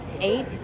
eight